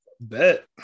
Bet